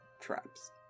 traps